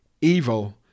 Evil